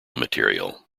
material